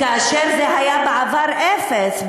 כאשר זה היה בעבר אפס,